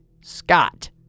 Scott